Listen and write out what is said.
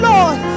Lord